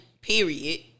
period